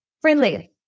Friendly